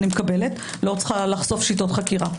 אני מקבלת לא צריכה לחשוף שיטות חקירה.